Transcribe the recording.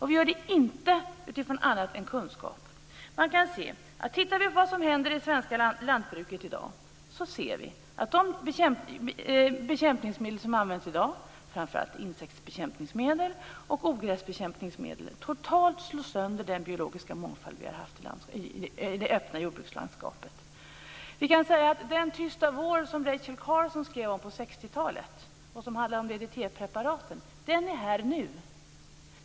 Och vi gör det inte utifrån annat än kunskap. Tittar vi på vad som händer i det svenska lantbruket i dag, ser vi att de bekämpningsmedel som används, framför allt insektsbekämpningsmedel och ogräsbekämpningsmedel, totalt slår sönder den biologiska mångfald vi har haft i det öppna jordbrukslandskapet. Den tysta vår som Rachel Carson skrev om på 60-talet - det handlade om DDT-preparaten - är här nu.